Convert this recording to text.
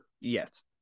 Yes